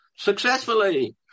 Successfully